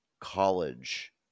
college